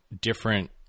different